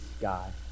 God